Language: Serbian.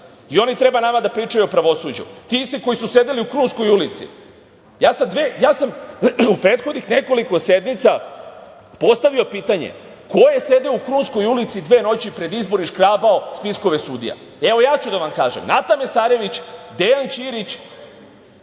I oni treba nama da pričaju o pravosuđu? Ti isti koji su sedeli u Krunskoj ulici.U prethodnih nekoliko sednica postavio sam pitanje ko je sedeo u Krunskoj ulici dve noći pred izbore i škrabao spiskove sudija? Evo, ja ću da vam kažem, Nata Mesarević, Dejan Ćirić